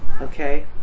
okay